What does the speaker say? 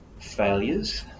failures